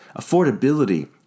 affordability